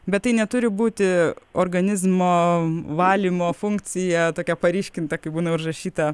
bet tai neturi būti organizmo valymo funkcija tokia paryškinta kaip būna užrašyta